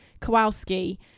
Kowalski